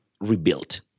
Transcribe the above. Rebuilt